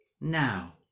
now